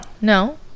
No